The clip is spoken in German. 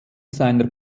seiner